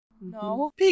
No